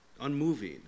unmoving